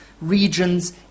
regions